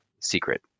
secret